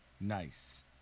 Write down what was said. Nice